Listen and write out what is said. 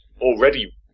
already